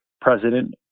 president